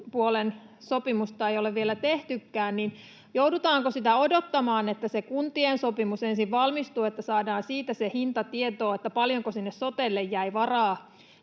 sote-puolen sopimusta ei ole vielä tehtykään, niin joudutaanko odottamaan sitä, että se kuntien sopimus ensin valmistuu, että saadaan siitä se hinta tietoon, paljonko sinne sotelle jäi varaa